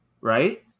right